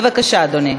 בבקשה, אדוני.